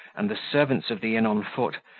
and the servants of the inn on foot,